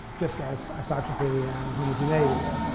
just as isotropy and homogeneity are,